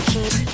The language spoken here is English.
Keep